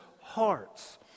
hearts